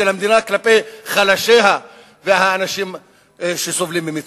של המדינה כלפי חלשיה והאנשים שסובלים ממצוקה.